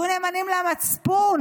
תהיו נאמנים למצפון.